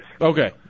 Okay